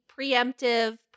preemptive